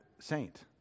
saint